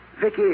Vicky